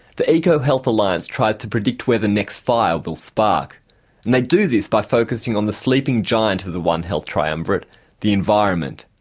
the ecohealth alliance tries to predict where the next fire will spark and they do this by focussing on the sleeping giant of the one health triumvirate the environment.